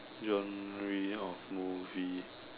genre of movie